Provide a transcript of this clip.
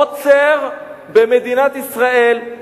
עוצר במדינת ישראל,